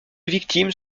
victimes